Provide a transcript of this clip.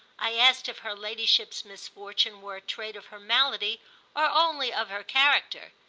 i asked if her ladyship's misfortune were a trait of her malady or only of her character,